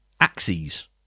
axes